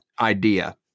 idea